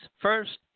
First